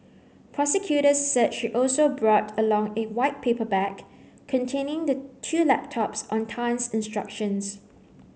prosecutors said she also brought along a white paper bag containing the two laptops on Tan's instructions